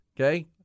Okay